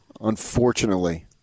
unfortunately